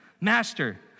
Master